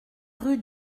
rue